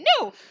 No